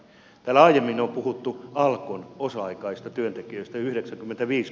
täällä aiemmin on puhuttu alkon osa aikaisista työntekijöistä